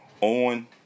on